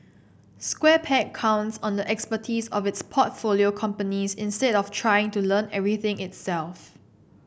Square Peg counts on the expertise of its portfolio companies instead of trying to learn everything itself